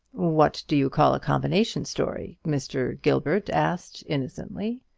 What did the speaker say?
what do you call a combination story? mr. gilbert asked, innocently.